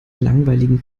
langweiligen